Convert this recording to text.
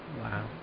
Wow